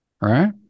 Right